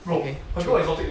okay true